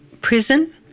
prison